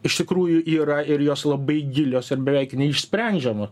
iš tikrųjų yra ir jos labai gilios ir beveik neišsprendžiamo